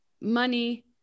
money